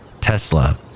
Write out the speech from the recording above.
Tesla